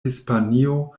hispanio